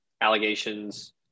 allegations